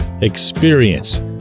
experience